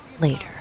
Later